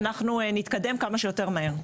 אנחנו נתקדם כמה שיותר מהר.